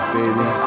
baby